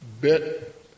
bit